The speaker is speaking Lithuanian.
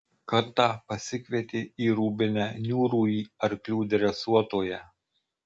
kartą pasikvietė į rūbinę niūrųjį arklių dresuotoją